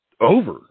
over